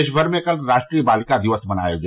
देश भर में कल राष्ट्रीय बालिका दिवस मनाया गया